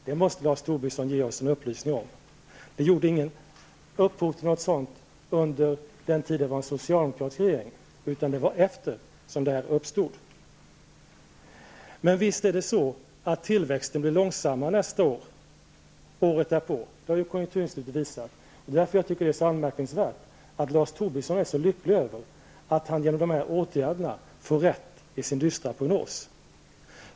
Det måste Lars Tobisson ge oss en upplysning om. Den socialdemokratiska regeringen var inte upphov till något sådant under sin tid, utan det var efter regeringsskiftet som detta uppstod. Visst blir tillväxten långsammare nästa år och året därpå. Det har konjunkturinstitutet visat. Det är därför som jag tycker att det är så anmärkningsvärt att Lars Tobisson är så lycklig över att han genom de här åtgärderna får rätt i sin dystra prognos.